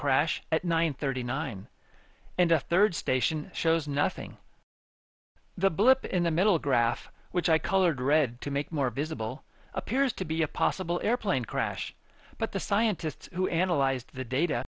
crash at nine thirty nine and a third station shows nothing the blip in the middle graph which i colored red to make more visible appears to be a possible airplane crash but the scientists who analyzed the data